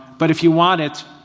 but if you want it,